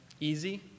easy